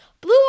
Blue